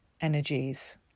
energies